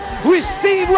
Receive